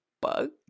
bug